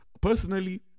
personally